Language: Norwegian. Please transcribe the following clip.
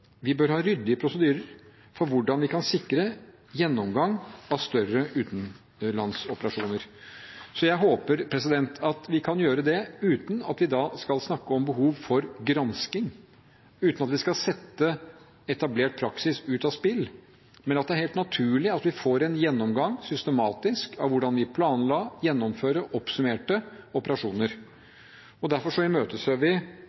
Vi bør ha ryddige prosedyrer for hvordan vi kan sikre gjennomgang av større utenlandsoperasjoner. Jeg håper vi kan gjøre det uten at vi skal snakke om behov for gransking, uten at vi skal sette etablert praksis ut av spill, men at det er helt naturlig at vi får en systematisk gjennomgang av hvordan vi planla, gjennomførte og oppsummerte operasjoner. Derfor imøteser vi